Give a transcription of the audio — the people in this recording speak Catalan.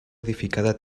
edificada